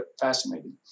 fascinating